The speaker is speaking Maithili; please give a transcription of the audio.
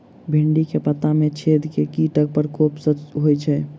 भिन्डी केँ पत्ता मे छेद केँ कीटक प्रकोप सऽ होइ छै?